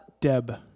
deb